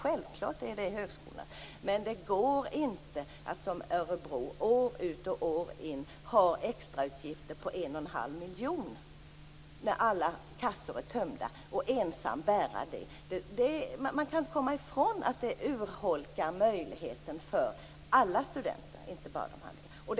Självfallet är det högskolornas, men det går inte att som i Örebro ha extrautgifter på en och en halv miljon år ut och år in när alla kassor är tömda. Det kan man inte bära ensam. Vi kan inte komma ifrån att det urholkar möjligheten för alla studenter - inte bara de handikappade.